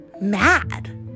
mad